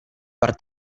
per